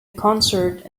concert